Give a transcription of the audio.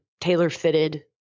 tailor-fitted